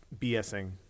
bsing